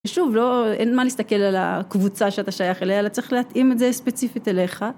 ושוב לא, אין מה להסתכל על הקבוצה שאתה שייך אליה, אלא צריך להתאים את זה ספציפית אליך.